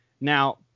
Now